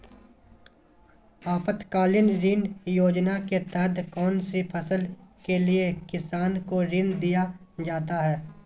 आपातकालीन ऋण योजना के तहत कौन सी फसल के लिए किसान को ऋण दीया जाता है?